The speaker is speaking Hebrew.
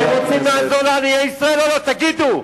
אתם רוצים לעזור לעניי ישראל או לא, תגידו?